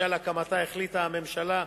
שעל הקמתה החליטה הממשלה.